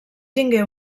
tingué